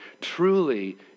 Truly